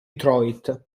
detroit